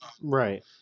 right